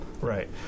Right